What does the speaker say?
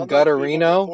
Gutterino